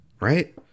right